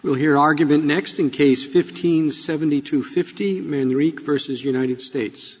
we'll hear argument next in case fifteen seventy two fifty mainly rec'd versus united states